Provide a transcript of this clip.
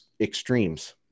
extremes